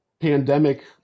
pandemic